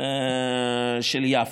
של יפו.